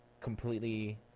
completely